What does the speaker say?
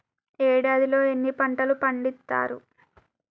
ఏడాదిలో ఎన్ని పంటలు పండిత్తరు?